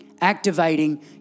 Activating